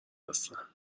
هستن